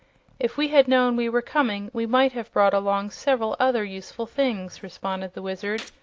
if we had known we were coming we might have brought along several other useful things, responded the wizard.